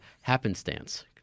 happenstance